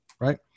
right